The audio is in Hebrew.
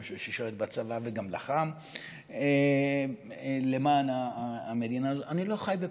כמישהו ששירת בצבא וגם לחם למען המדינה הזאת: אני לא חי בפחד.